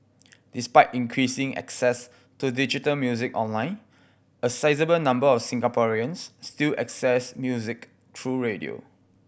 despite increasing access to digital music online a sizeable number of Singaporeans still access music through radio